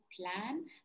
plan